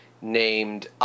named